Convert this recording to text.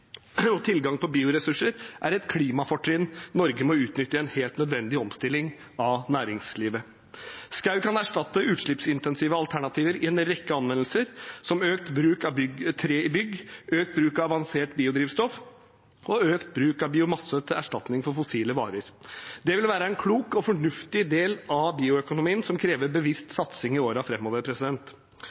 og tilgang på bioressurser er et klimafortrinn Norge må utnytte i en helt nødvendig omstilling av næringslivet. Skog kan erstatte utslippsintensive alternativer i en rekke anvendelser, som økt bruk av tre i bygg, økt bruk av avansert biodrivstoff og økt bruk av biomasse til erstatning for fossile varer. Det vil være en klok og fornuftig del av bioøkonomien, som krever bevisst satsing i